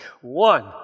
One